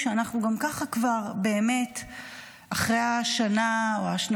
כשאנחנו גם ככה אחרי שנה או כבר כמעט